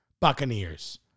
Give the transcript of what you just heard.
Buccaneers